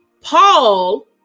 paul